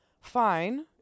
fine